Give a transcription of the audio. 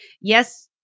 yes –